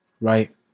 right